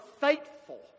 faithful